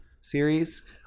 series